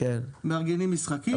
מארגנים משחקים.